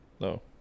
No